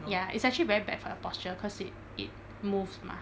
ya it's actually very bad for your posture cause it it moves mah